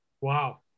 Wow